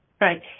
right